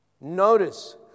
Notice